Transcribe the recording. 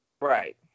Right